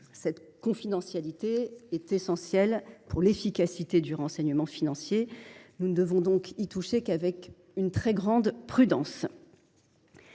Cette confidentialité est essentielle à l’efficacité de notre renseignement financier : nous ne devons y toucher qu’avec une très grande prudence.